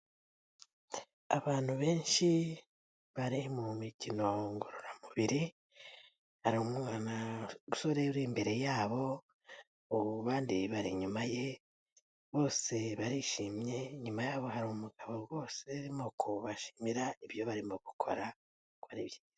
Abantu benshi bari mu mikino ngororamubiri, hari umusore uri imbere yabo abandi bari inyuma ye bose barishimye, inyuma yabo hari umugabo bose arimo kubashimira ibyo barimo gukora.